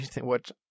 What-